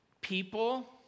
People